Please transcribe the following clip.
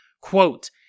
Quote